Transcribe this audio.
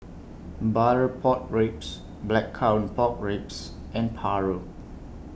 Butter Pork Ribs Blackcurrant Pork Ribs and Paru